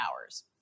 hours